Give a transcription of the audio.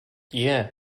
yeah